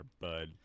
bud